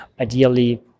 ideally